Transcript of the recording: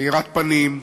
מאירת פנים,